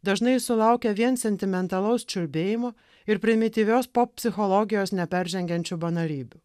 dažnai sulaukia vien sentimentalaus čiulbėjimo ir primityvios pop psichologijos neperžengiančių banalybių